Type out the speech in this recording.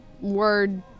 word